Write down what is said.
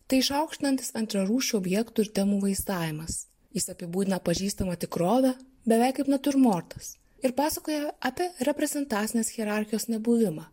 tai išaukštinantis antrarūšių objektų ir temų vaizdavimas jis apibūdina pažįstamą tikrovę beveik kaip natiurmortas ir pasakoja apie reprezentacinės hierarchijos nebuvimą